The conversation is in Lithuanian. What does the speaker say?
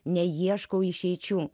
neieškau išeičių